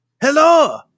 Hello